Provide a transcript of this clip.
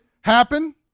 happen